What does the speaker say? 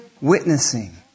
witnessing